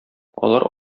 алар